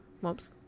whoops